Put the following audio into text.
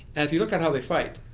and if you look at how they fight,